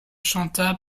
chanta